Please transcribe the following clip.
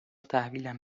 تحویلم